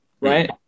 right